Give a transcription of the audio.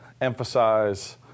emphasize